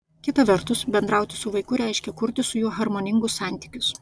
kita vertus bendrauti su vaiku reiškia kurti su juo harmoningus santykius